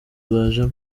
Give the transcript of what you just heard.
bajemo